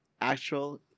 actual